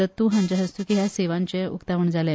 दत्तू हांच्या हस्तुकी ह्या सेवांचे उक्तावण जाले